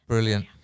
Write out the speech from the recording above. Brilliant